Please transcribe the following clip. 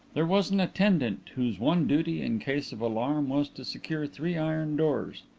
there was an attendant whose one duty in case of alarm was to secure three iron doors.